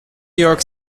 york